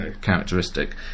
characteristic